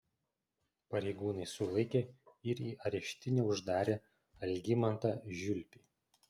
pareigūnai sulaikė ir į areštinę uždarė algimantą žiulpį